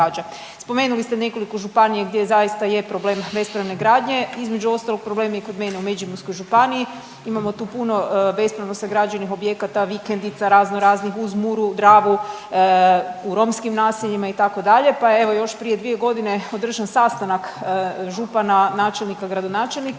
Spomenuli ste nekoliko županija gdje zaista je problem bespravne gradnje. Između ostalog problem je i kod mene u Međimurskoj županiji. Imamo tu puno bespravno sagrađenih objekata vikendica raznoraznih uz Muru, Dravu, u romskim naseljima itd. Pa evo još prije dvije godine je održan sastanak župana, načelnika, gradonačelnika